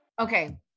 Okay